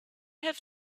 have